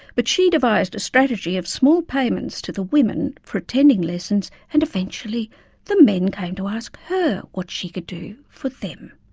but she devised a strategy of small payments to the women for attending lessons and eventually the men came to ask her what she could do for them,